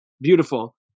beautiful